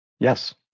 Yes